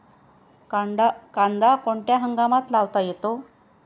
कांदा कोणत्या हंगामात लावता येतो?